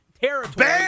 territory